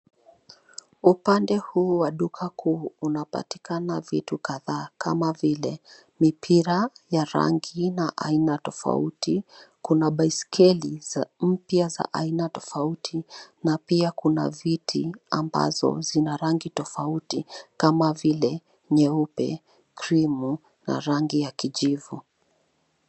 Upande huu wa duka kuu, unapatikana vitu kadhaa kama vile mipira ya rangi na aina tofauti ,kuna baiskeli za mpya za aina tofauti na pia kuna viti ambazo zina rangi tofauti, kama vile nyeupe ,krimu na rangi ya kijivu.